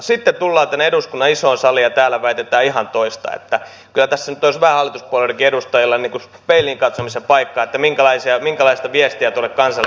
sitten tullaan tänne eduskunnan isoon saliin ja täällä väitetään ihan toista niin että kyllä tässä nyt olisi vähän hallituspuolueidenkin edustajilla peiliin katsomisen paikka minkälaista viestiä kansalle välitätte